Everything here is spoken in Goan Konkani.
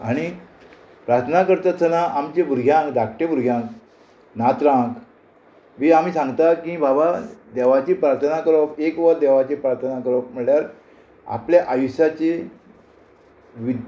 आणी प्रार्थना करतास्ताना आमच्या भुरग्यांक धाकटे भुरग्यांक नातरांक बी आमी सांगता की बाबा देवाची प्रार्थना करप एक वर देवाची प्रार्थना करप म्हळ्यार आपल्या आयुश्याची वी